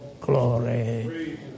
glory